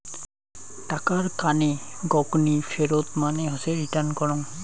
টাকার কানে গকনি ফেরত মানে হসে রিটার্ন করং